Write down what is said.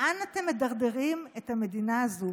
לאן אתם מדרדרים את המדינה הזאת?